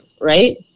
right